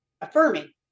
affirming